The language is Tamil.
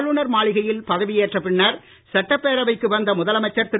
ஆளுநர் மாளிகையில் பதவியேற்ற பின்னர் சட்டப்பேரவைக்கு வந்த முதலமைச்சர் திரு